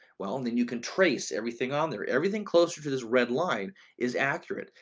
well and then you can trace everything on there. everything closer to this red line is accurate.